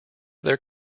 their